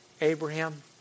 Abraham